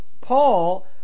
Paul